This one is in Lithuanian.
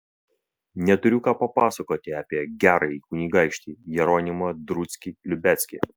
neturiu ką papasakoti apie gerąjį kunigaikštį jeronimą druckį liubeckį